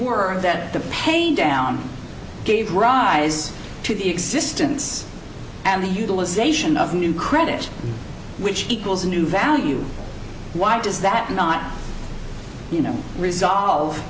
were that the pain down gave rise to the existence and the utilization of new credit which equals new value why does that not you know resolve